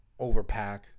overpack